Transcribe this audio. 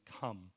Come